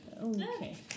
Okay